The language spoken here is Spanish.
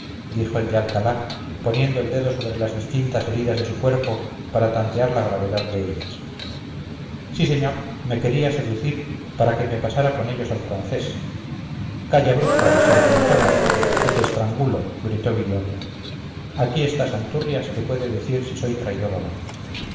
dijo el de alcalá poniendo el dedo sobre las distintas heridas de su cuerpo para tantear la gravedad de ellas sí señor me quería seducir para que me pasara con ellos al francés calla bruja sargentona o te estrangulo gritó viriato aquí está santurrias que puede decir si soy traidor o no